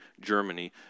Germany